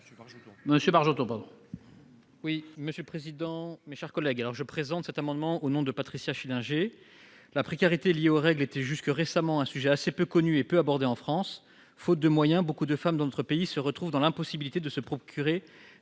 est à M. Julien Bargeton. Je présente cet amendement au nom de ma collègue Patricia Schillinger. La précarité liée aux règles était jusque récemment un sujet assez peu connu et peu abordé en France. Faute de moyens, beaucoup de femmes dans notre pays se retrouvent dans l'impossibilité de se procurer